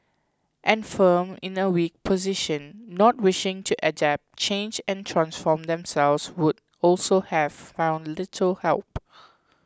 and firms in a weak position not wishing to adapt change and transform themselves would also have found little help